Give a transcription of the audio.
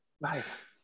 Nice